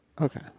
Okay